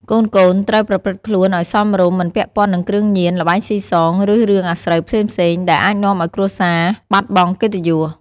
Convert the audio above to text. កូនៗត្រូវប្រព្រឹត្តខ្លួនឲ្យសមរម្យ មិនពាក់ព័ន្ធនឹងគ្រឿងញៀន ល្បែងស៊ីសង ឬរឿងអាស្រូវផ្សេងៗ ដែលអាចនាំឲ្យគ្រួសារបាត់បង់កិត្តិយស។